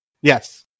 Yes